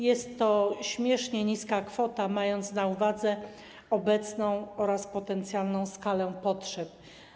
Jest to śmiesznie niska kwota, mając na uwadze obecną oraz potencjalną skalę potrzeb.